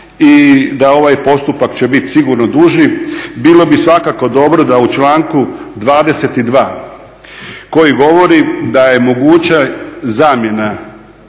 i da ovaj postupak će biti sigurno duži bilo bi svakako dobro da u članku 22.koji govori da je moguća zamjena